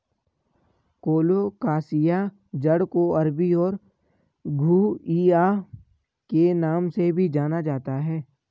colocasia जड़ को अरबी और घुइआ के नाम से भी जाना जाता है